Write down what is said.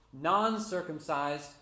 non-circumcised